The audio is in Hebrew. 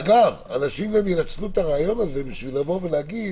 אגב, אנשים גם ינצלו את הראיון הזה בשביל להגיד: